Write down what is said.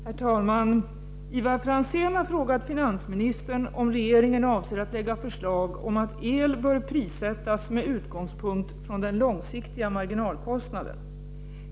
Herr talman! Ivar Franzén har frågat finansministern om regeringen avser att lägga förslag om att el bör prissättas med utgångspunkt från den långsiktiga marginalkostnaden.